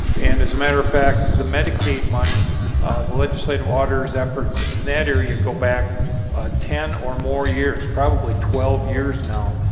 and as a matter fact the medicaid money legislative ah matters effort in that yeah go back ah ten or more years. probably twelve years now